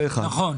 זה דבר אחד.